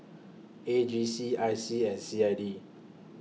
A G C I C and C I D